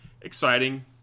exciting